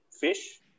Fish